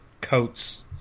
coats